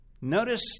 Notice